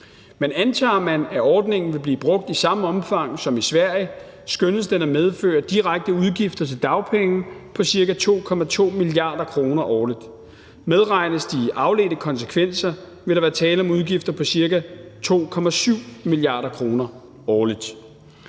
Men antager man, at ordningen vil blive brugt i samme omfang som i Sverige, skønnes den at medføre direkte udgifter til dagpenge på cirka 2,2 mia. kr. årligt. Medregnes de afledte konsekvenser, vil der være tale om udgifter på cirka 2,7 mia. kr. årligt.